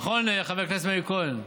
נכון, חבר הכנסת מאיר כהן?